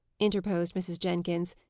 interposed mrs. jenkins,